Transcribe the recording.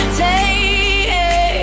take